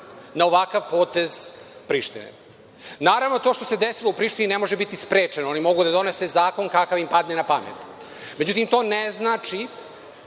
na ovakav potez Prištine? Naravno, to što se desilo u Prištini ne može biti sprečeno, oni mogu da donesu zakon kakav im padne na pamet. Međutim, to ne znači